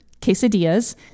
quesadillas